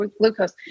glucose